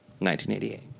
1988